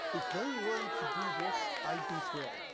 if they wanted to do this, i'd be thrilled.